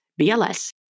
BLS